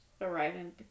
arriving